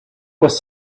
was